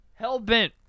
Hellbent